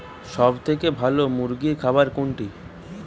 সবথেকে ভালো মুরগির খাবার কোনটি?